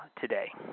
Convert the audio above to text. today